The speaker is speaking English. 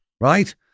right